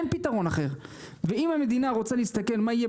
אין פתרון אחר ואם המדינה רוצה להסתכל מה יהיה